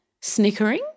snickering